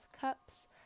Cups